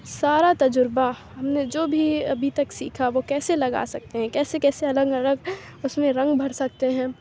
سارا تجربہ ہم نے جو بھی ابھی تک سیکھا وہ کیسے لگا سکتے ہیں کیسے کیسے الگ الگ اُس میں رنگ بھر سکتے ہیں